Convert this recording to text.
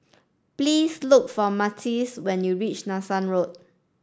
please look for Matthias when you reach Nanson Road